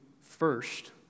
first